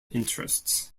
interests